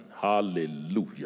Hallelujah